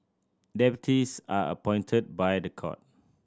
deputies are appointed by the court